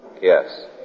Yes